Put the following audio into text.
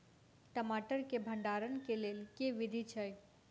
टमाटर केँ भण्डारण केँ लेल केँ विधि छैय?